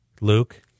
Luke